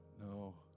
No